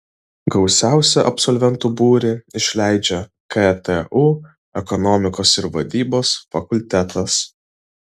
gausiausią absolventų būrį išleidžia ktu ekonomikos ir vadybos fakultetas